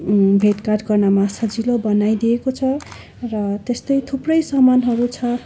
भेटघाट गर्नमा सजिलो बनाइदिएको छ र त्यस्तै थुप्रै सामानहरू छ